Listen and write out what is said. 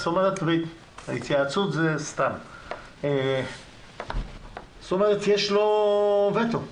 ההתייעצות זה סתם, זאת אומרת יש לו וטו.